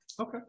Okay